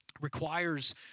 requires